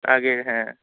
আগের হ্যাঁ